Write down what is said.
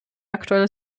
aktuelle